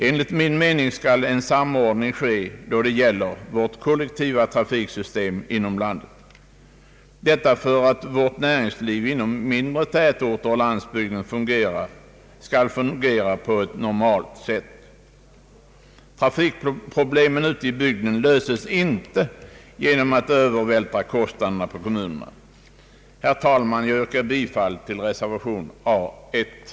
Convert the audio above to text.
Enligt min mening skall en samordning ske av vårt kollektiva trafiksystem avseende hela landet. En sådan samordning är nödvändig för att näringslivet inom mindre tätorter och på landsbygden över huvud taget skall fungera på ett normalt sätt. Trafikproblemet inom kommunerna löses inte genom att kostnaderna övervältras på kommunerna. Jag yrkar, herr talman, bifall till reservationen A I.